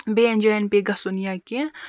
بیٚیَن جایَن پیٚیہِ گَژھُن یا کینٛہہ